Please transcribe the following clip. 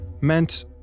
meant